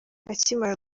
akimara